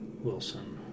Wilson